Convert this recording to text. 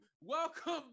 Welcome